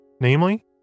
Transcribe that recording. namely